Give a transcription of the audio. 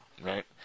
right